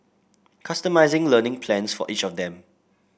customising learning plans for each of them